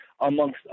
amongst